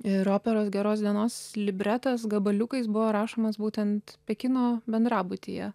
ir operos geros dienos libretas gabaliukais buvo rašomas būtent pekino bendrabutyje